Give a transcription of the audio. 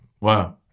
Wow